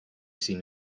seen